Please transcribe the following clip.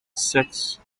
six